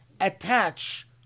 attach